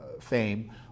fame